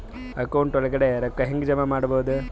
Account ಒಳಗಡೆ ರೊಕ್ಕ ಹೆಂಗ್ ಜಮಾ ಮಾಡುದು?